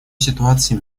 ситуацией